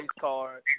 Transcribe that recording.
card